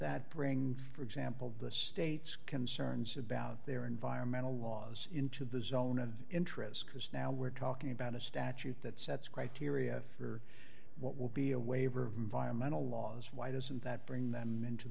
that bring for example the states concerns about their environmental laws into the zone of interest because now we're talking about a statute that sets criteria for what will be a waiver of environmental laws why doesn't that bring them into